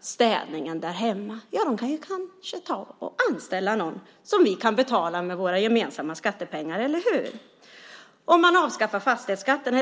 städningen där hemma. De kan kanske anställa någon som vi kan betala med våra gemensamma skattepengar, eller hur? Man förändrar fastighetsskatten.